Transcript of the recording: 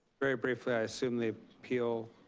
very briefly, i assume the appeal,